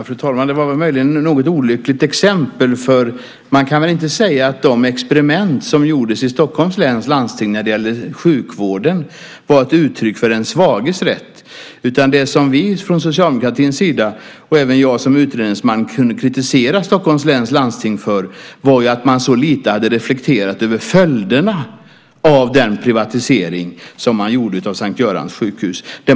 Fru talman! Det var möjligen ett något olyckligt exempel. Man kan väl inte säga att de experiment som gjordes i Stockholms läns landsting när det gällde sjukvården var ett uttryck för den svages rätt. Det som vi från Socialdemokraternas sida och även jag som utredningsman kunde kritisera Stockholms läns landsting för var att man så lite hade reflekterat över följderna av den privatisering som man gjorde av S:t Görans Sjukhus.